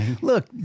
Look